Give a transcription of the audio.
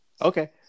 Okay